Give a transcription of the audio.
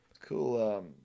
Cool